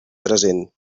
present